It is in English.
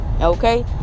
okay